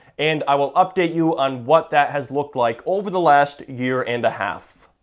and i will update you on what that has looked like over the last year and a half.